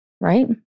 right